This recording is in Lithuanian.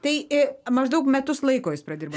tai l maždaug metus laiko jis pradirbo